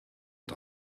het